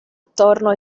attorno